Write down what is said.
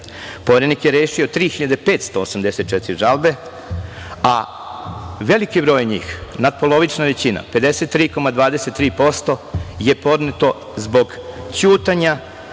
Poverenik je rešio 3.584 žalbe, a veliki broj njih, natpolovična većina, 53,23% je podneto zbog ćutanja